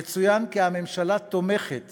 יצוין כי הממשלה תומכת